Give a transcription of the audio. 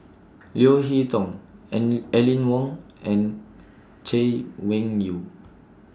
Leo Hee Tong and Aline Wong and Chay Weng Yew